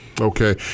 Okay